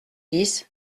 dix